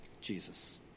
Jesus